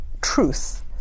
truth